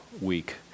week